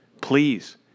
Please